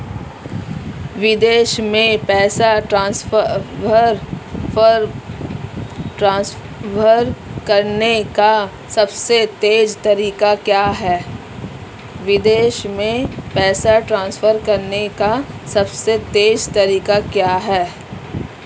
विदेश में पैसा ट्रांसफर करने का सबसे तेज़ तरीका क्या है?